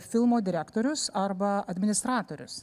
filmo direktorius arba administratorius